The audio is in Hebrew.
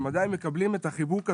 הם עדיין מקבלים את החיבוק הזה,